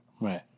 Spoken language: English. Right